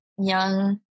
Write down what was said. young